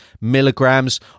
milligrams